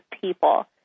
people